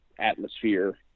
atmosphere